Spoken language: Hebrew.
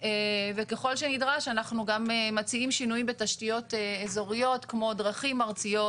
וככל שנדרש אנחנו גם מציעים שינויים בתשתיות אזוריות כמו דרכים ארציות,